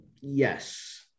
yes